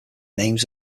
names